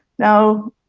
now,